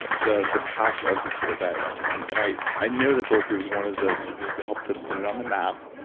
the the path of the keto diet right now. and and i i know that bulletproof is one of the companies that help to put it on the map,